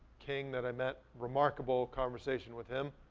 king that i met. remarkable conversation with him.